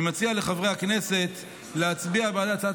אני מציע לחברי הכנסת להצביע בעד הצעת